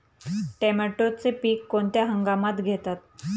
टोमॅटोचे पीक कोणत्या हंगामात घेतात?